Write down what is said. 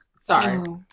sorry